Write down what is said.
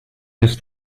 just